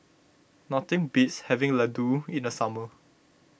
nothing beats having Ladoo in the summer